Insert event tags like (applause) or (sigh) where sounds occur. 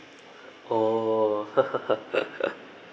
oh (laughs)